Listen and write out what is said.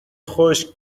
خشک